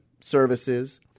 services